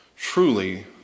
Truly